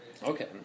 Okay